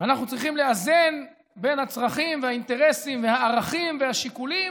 ואנחנו צריכים לאזן בין הצרכים והאינטרסים והערכים והשיקולים,